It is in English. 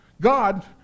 God